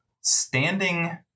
Standing